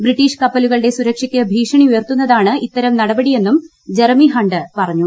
British കപ്പലുകളുടെ സുരക്ഷയ്ക്ക് ഭീഷണി ഉയർത്തുന്നതാണ് ഇത്തരം നടപടിയെന്നും ജെറമി ഹണ്ട് പറഞ്ഞു